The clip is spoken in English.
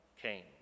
came